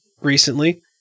recently